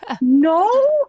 No